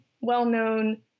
well-known